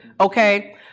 Okay